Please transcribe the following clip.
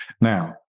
Now